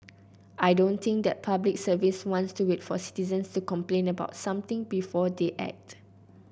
I don't think the Public Service wants to wait for citizens to complain about something before they act